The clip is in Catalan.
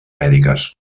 mèdiques